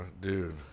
Dude